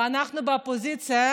ואנחנו באופוזיציה,